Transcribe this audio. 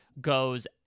goes